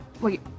Wait